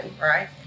Right